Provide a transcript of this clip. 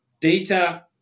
data